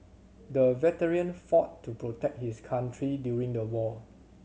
the veteran fought to protect his country during the war